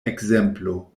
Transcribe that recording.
ekzemplo